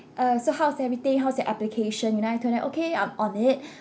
uh so how's everything how's your application you know I told them okay I'm on it